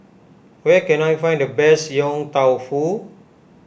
where can I find the best Yong Tau Foo